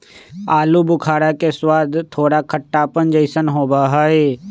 आलू बुखारा के स्वाद थोड़ा खट्टापन जयसन होबा हई